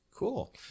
Cool